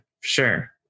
sure